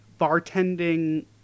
bartending